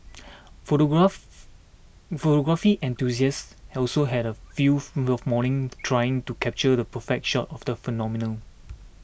photograph photography enthusiasts are also had a field morning trying to capture the perfect shot of the phenomenon